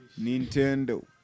Nintendo